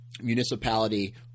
municipality